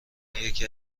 یکی